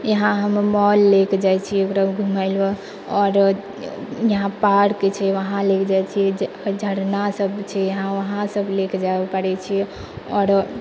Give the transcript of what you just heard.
यहाँ हमे मॉल लेके जाइ छी ओकरा घुमेलहुँ आओर यहाँ पार्क छै वहाँ लेके जाइ छी झरना सब छै यहाँ वहाँ सब लेके जाबऽ पड़ै छै आओर